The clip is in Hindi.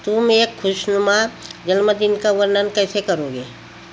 तुम एक खुशनुमा जन्मदिन का वर्णन कैसे करोगे